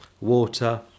Water